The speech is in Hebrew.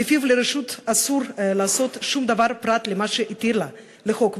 שלפיו לרשות אסור לעשות שום דבר פרט למה שהתיר לה החוק,